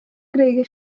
greu